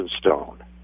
Stone